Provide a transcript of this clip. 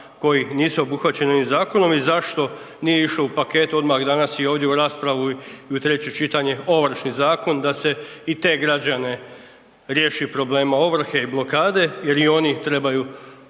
koji nisu obuhvaćeni ovim zakonom i zašto nije išao u paketu odmah danas i ovdje u raspravu i u treće čitanje Ovršni zakon da se i te građane riješi problema ovrhe i blokade jer i oni trebaju